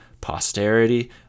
posterity